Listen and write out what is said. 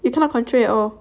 you cannot control it at all